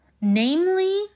Namely